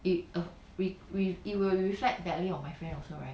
it uh we we it will reflect badly on my friend also right